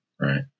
right